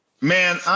Man